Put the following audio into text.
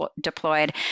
deployed